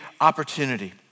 opportunity